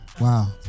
Wow